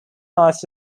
offs